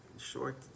short